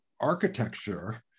architecture